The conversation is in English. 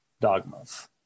dogmas